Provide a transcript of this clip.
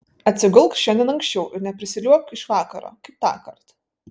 atsigulk šiandien anksčiau ir neprisiliuobk iš vakaro kaip tąkart